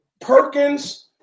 Perkins